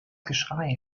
geschrei